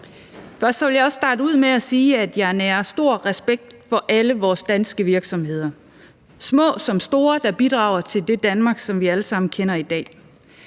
Først vil jeg også starte ud med at sige, at jeg nærer stor respekt for alle vores danske virksomheder, små som store, der bidrager til det Danmark, som vi alle sammen kender i dag.